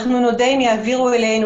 אנחנו נודה אם יעבירו אלינו,